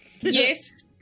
Yes